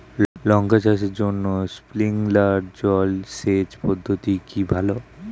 লঙ্কা চাষের জন্য স্প্রিংলার জল সেচ পদ্ধতি কি ভালো?